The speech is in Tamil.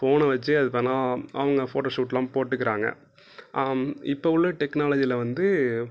ஃபோனை வச்சே அது அவங்க ஃபோட்டோஷூட்லாம் போட்டுக்கிறாங்க இப்போ உள்ள டெக்னாலஜியில் வந்து